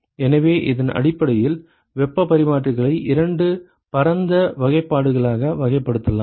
எனவே இதன் அடிப்படையில் வெப்பப் பரிமாற்றிகளை இரண்டு பரந்த வகைப்பாடுகளாக வகைப்படுத்தலாம்